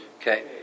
Okay